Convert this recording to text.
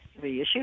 reissue